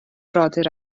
frodyr